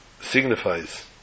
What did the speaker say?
signifies